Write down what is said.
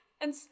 and-